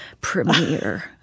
premiere